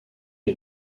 est